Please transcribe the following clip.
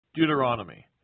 Deuteronomy